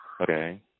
Okay